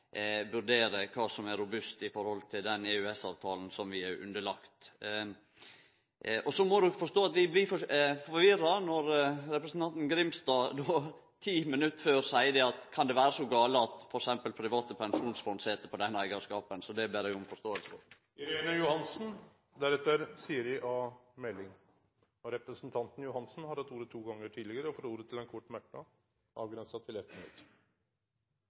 vurdere kva som er robust i forhold til den EØS-avtalen som vi er underlagde. Og så må ein forstå at vi blir forvirra når representanten Grimstad ti minutt før spør om det kan vere så gale at f.eks. private pensjonsfond sit på den eigarskapen. Det ber eg om forståing for. Representanten Irene Johansen har hatt ordet to gonger tidlegare i debatten og får ordet til ein kort merknad, avgrensa til 1 minutt.